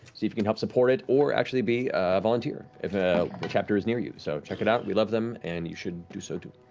see if you can help support it or actually be a volunteer if a chapter is near you, so check it out. we love them and you should do so too.